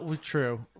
true